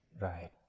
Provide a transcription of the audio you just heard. Right